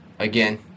Again